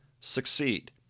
succeed